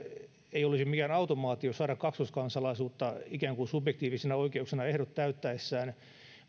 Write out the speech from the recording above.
ei olisi mikään automaatio saada kaksoiskansalaisuus ikään kuin subjektiivisena oikeutena ehdot täyttäessään